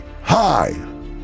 Hi